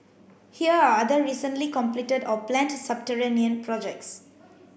here are other recently completed or planned subterranean projects